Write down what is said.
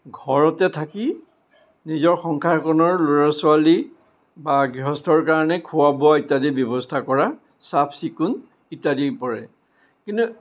ঘৰতে থাকি নিজৰ সংসাৰখনৰ ল'ৰা ছোৱালী বা গৃহস্থৰ কাৰণে খোৱা বোৱা ইত্যাদিৰ ব্যৱস্থা কৰা চাফ চিকুণ ইত্যাদি পৰে কিন্তু